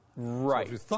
Right